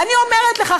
אני אומרת לך,